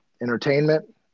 entertainment